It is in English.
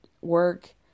work